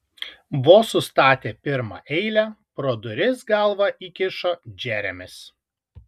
vos sustatė pirmą eilę pro duris galvą įkišo džeremis